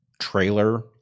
trailer